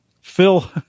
Phil